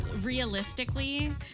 realistically